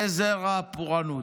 זה זרע הפורענות.